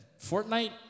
Fortnite